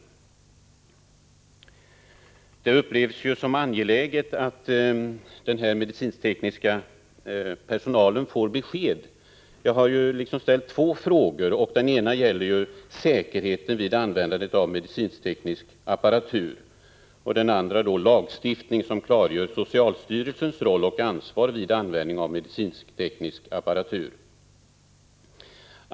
Det upplevs som angeläget att den medicintekniska personalen får besked. Jag har ställt två frågor, och den ena gäller säkerhet vid användandet av medicinteknisk apparatur. Den andra frågan gäller lagstiftning som klargör socialstyrelsens roll och ansvar när det gäller användningen av sådan utrustning.